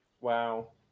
Wow